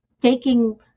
taking